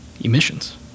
emissions